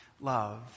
love